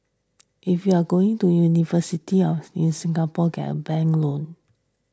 if you're going to university of in Singapore get a bank loan